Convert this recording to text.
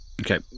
okay